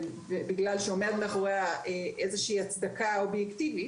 בגלל שעומדת מאחוריה איזושהי הצדקה אובייקטיבית,